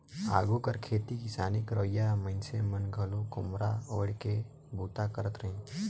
आघु कर खेती किसानी करोइया मइनसे मन घलो खोम्हरा ओएढ़ के बूता करत रहिन